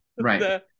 right